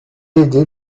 aidé